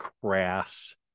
crass